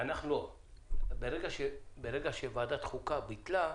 ברגע שוועדת החוקה ביטלה,